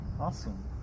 Awesome